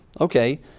okay